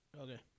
Okay